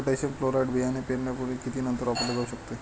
potassium chloride बियाणे पेरण्यापूर्वी किंवा नंतर वापरले जाऊ शकते